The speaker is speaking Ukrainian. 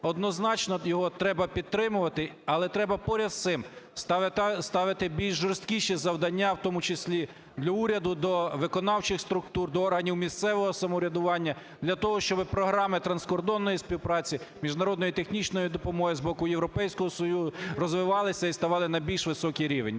однозначно його треба підтримувати. Але треба поряд з цим ставити більш жорсткіші завдання в тому числі для уряду, до виконавчих структур, до органів місцевого самоврядування для того, щоб програми транскордонної співпраці, міжнародної технічної допомоги з боку Європейського Союзу розвивалися і ставали на більш високий рівень.